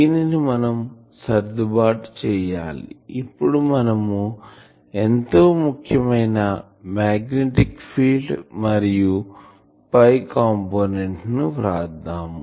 దీనిని మనం సర్దుబాటు చేయాలి ఇప్పుడు మనం ఎంతో ముఖ్యమైన మాగ్నెటిక్ ఫీల్డ్ మరియు కాంపోనెంట్ ను వ్రాద్దాం